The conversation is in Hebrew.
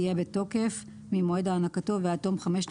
יהיה בתוקף ממועד הענקתו ועד תום חמשת